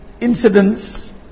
incidents